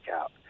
out